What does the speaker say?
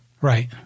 Right